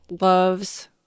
loves